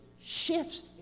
shifts